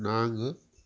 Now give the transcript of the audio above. நான்கு